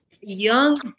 young